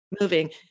moving